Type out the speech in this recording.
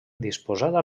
disposada